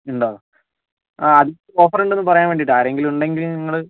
ഉണ്ടോ ആ അതിപ്പോൾ ഓഫറുണ്ടെന്ന് പറയാൻ വേണ്ടിയിട്ടാണ് ആരെങ്കിലും ഉണ്ടെങ്കിൽ നിങ്ങൾ